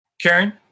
Karen